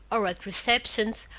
or at receptions,